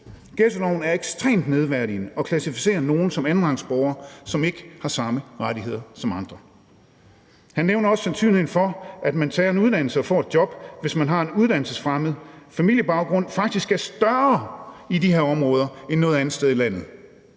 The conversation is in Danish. Ghettoloven er ekstremt nedværdigende og klassificerer nogle som andenrangsborgere, som ikke har samme rettigheder som andre. Han nævner også, at sandsynligheden for, at man tager en uddannelse og får et job, hvis man har en uddannelsesfremmed familiebaggrund, faktisk er større i de her områder end noget andet sted i landet.